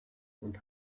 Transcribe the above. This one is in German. und